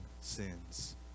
sins